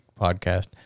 podcast